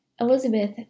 Elizabeth